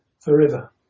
forever